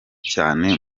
cyane